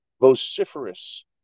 vociferous